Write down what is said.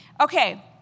Okay